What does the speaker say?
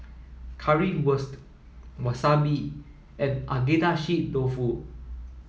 Currywurst Wasabi and Agedashi dofu